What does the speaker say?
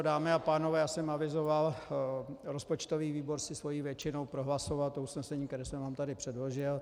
Dámy a pánové, já jsem avizoval, rozpočtový výbor si svou většinou prohlasoval usnesení, které jsem vám tady předložil.